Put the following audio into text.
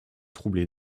troublée